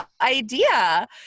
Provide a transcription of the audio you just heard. idea